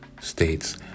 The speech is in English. states